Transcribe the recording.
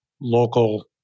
local